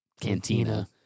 cantina